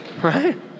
right